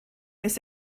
this